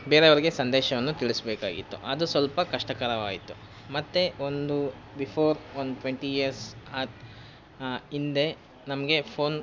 ಬೇರೆಯವ್ರಿಗೆ ಸಂದೇಶವನ್ನು ತಿಳಿಸಬೇಕಾಗಿತ್ತು ಅದು ಸ್ವಲ್ಪ ಕಷ್ಟಕರವಾಯಿತು ಮತ್ತು ಒಂದು ಬಿಫೋರ್ ಒಂದು ಟ್ವೆಂಟಿ ಇಯರ್ಸ್ ಆ ಹಿಂದೆ ನಮಗೆ ಫೋನ್